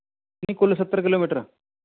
ਨਹੀਂ ਕੁੱਲ ਸੱਤਰ ਕਿਲੋਮੀਟਰ